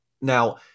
Now